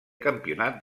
campionat